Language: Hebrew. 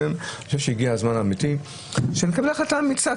אני חושב שהגיע זמן אמיתי שנקבל החלטה אמיצה,